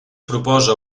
proposa